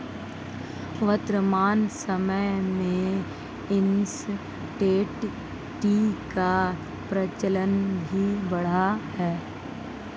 वर्तमान समय में इंसटैंट टी का प्रचलन भी बढ़ा है